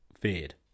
feared